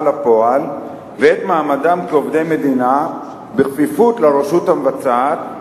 לפועל ואת מעמדם כעובדי המדינה בכפיפות לרשות המבצעת,